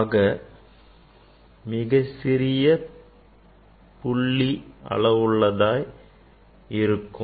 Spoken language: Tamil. அது மிகச் சிறிய புள்ளி அளவு உள்ளதாய் இருக்கும்